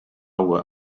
were